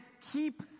keep